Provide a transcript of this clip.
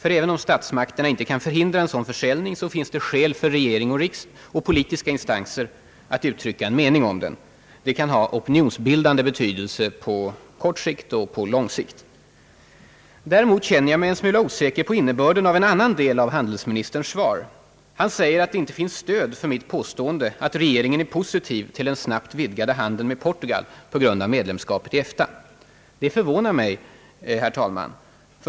Ty även om statsmakterna inte kan för hindra en sådan försäljning, finns det skäl för regering och politiska instanser att uttrycka en mening om den. Det kan ha opinionsbildande betydelse både på kort sikt och på lång sikt. Däremot känner jag mig en smula osäker om innebörden av en annan del av handelsministerns svar. Han säger att det inte finns stöd för mitt påstående, att regeringen är positiv till den snabbt vidgade handeln med Portugal på grund av medlemskapet i EFTA. Det förvånar mig.